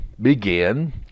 begin